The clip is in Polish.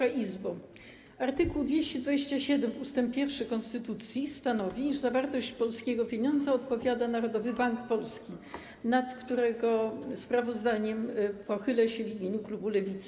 Art. 227 ust. 1 konstytucji stanowi, że za wartość polskiego pieniądza odpowiada Narodowy Bank Polski, nad którego sprawozdaniem pochylę się w imieniu klubu Lewicy.